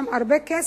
יש שם הרבה כסף.